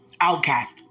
outcast